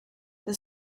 the